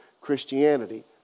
Christianity